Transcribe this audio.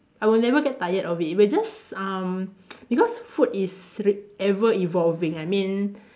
I will never get tired of it if I just um because food is r~ ever evolving I mean